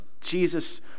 Jesus